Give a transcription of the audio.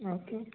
okay